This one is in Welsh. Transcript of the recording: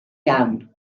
iawn